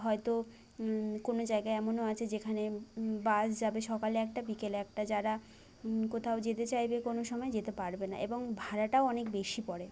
হয়তো কোনো জায়গা এমনও আছে যেখানে বাস যাবে সকালে একটা বিকেলে একটা যারা কোথাও যেতে চাইবে কোনো সময় যেতে পারবে না এবং ভাড়াটাও অনেক বেশি পড়ে